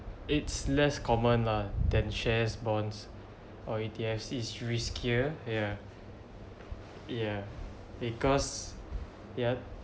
it's less common lah than shares bonds or E_T_s it's riskier ya ya because yup